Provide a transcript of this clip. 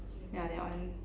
yeah that one